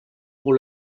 pour